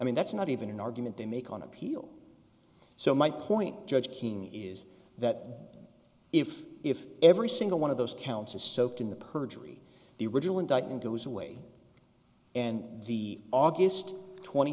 mean that's not even an argument they make on appeal so my point judge kimi is that if if every single one of those counts is soaked in the perjury the original indictment goes away and the august tw